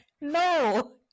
No